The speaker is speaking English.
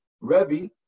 Rebbe